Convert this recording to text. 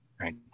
right